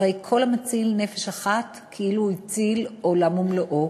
הרי כל המציל נפש אחת כאילו הציל עולמו ומלואו,